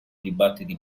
dibattiti